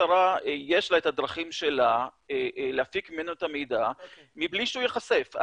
למשטרה יש את הדרכים שלה להפיק ממנו את המידע מבלי שהוא ייחשף.